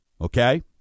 Okay